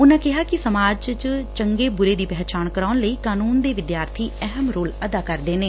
ਉਨੂਾ ਕਿਹਾ ਕਿ ਸਮਾਜ ਚ ਚੰਗੇ ਬੂਰੇ ਦੀ ਪਹਿਚਾਣ ਕਰਾਉਣ ਲਈ ਕਾਨੂੰਨ ਦੇ ਵਿਦਿਆਰਥੀ ਅਹਿਮ ਰੋਲ ਅਦਾ ਕਰ ਸਕਦੇ ਨੇ